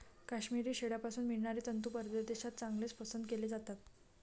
काश्मिरी शेळ्यांपासून मिळणारे तंतू परदेशात चांगलेच पसंत केले जातात